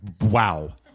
Wow